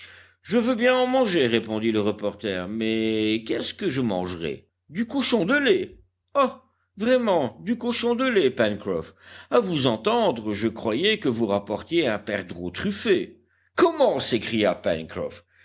je veux bien en manger répondit le reporter mais qu'est-ce que je mangerai du cochon de lait ah vraiment du cochon de lait pencroff à vous entendre je croyais que vous rapportiez un perdreau truffé comment s'écria